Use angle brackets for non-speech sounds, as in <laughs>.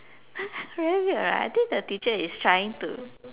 <laughs> very weird right I think the teacher is trying to